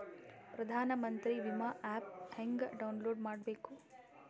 ಪ್ರಧಾನಮಂತ್ರಿ ವಿಮಾ ಆ್ಯಪ್ ಹೆಂಗ ಡೌನ್ಲೋಡ್ ಮಾಡಬೇಕು?